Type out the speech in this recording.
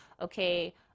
Okay